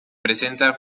presenta